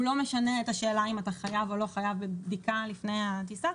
הוא לא משנה את השאלה אם אתה חייב או לא חייב בבדיקה לפני הטיסה.